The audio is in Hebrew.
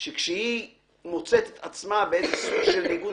שכשהיא מוצאת את עצמה בסוג של ניגוד